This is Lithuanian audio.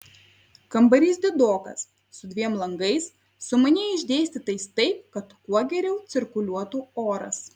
kambarys didokas su dviem langais sumaniai išdėstytais taip kad kuo geriau cirkuliuotų oras